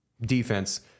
defense